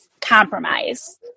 compromise